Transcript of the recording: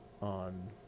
on